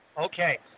Okay